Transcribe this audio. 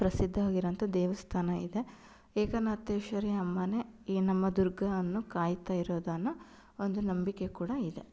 ಪ್ರಸಿದ್ಧವಾಗಿರುವಂಥ ದೇವಸ್ಥಾನ ಇದೆ ಏಕನಾಥೇಶ್ವರಿ ಅಮ್ಮನೇ ಈ ನಮ್ಮ ದುರ್ಗ ಅನ್ನು ಕಾಯುತ್ತಾ ಇರೋದು ಅನ್ನೋ ಒಂದು ನಂಬಿಕೆ ಕೂಡ ಇದೆ